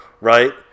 right